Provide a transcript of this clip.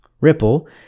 Ripple